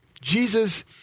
Jesus